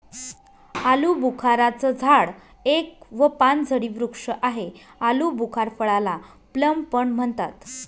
आलूबुखारा चं झाड एक व पानझडी वृक्ष आहे, आलुबुखार फळाला प्लम पण म्हणतात